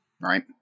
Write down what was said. Right